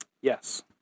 Yes